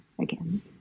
again